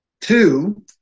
Two